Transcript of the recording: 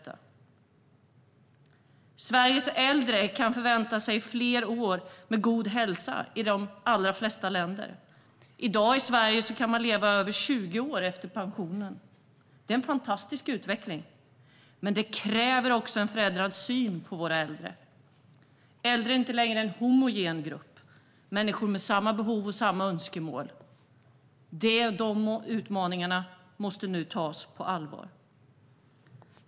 Sveriges äldre kan förvänta sig fler år med bättre hälsa än i de allra flesta länder. I dag kan man leva över 20 år efter pensionen. Det är en fantastisk utveckling, men det kräver också en förändrad syn på våra äldre. Äldre är inte längre en homogen grupp av människor med samma behov och samma önskemål. De utmaningarna måste nu tas på allvar.